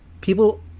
people